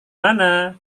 mana